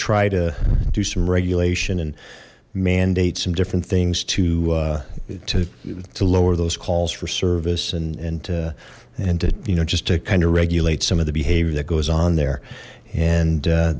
try to do some regulation and mandate some different things to to to lower those calls for service and and and you know just to kind of regulate some of the behavior that goes on there and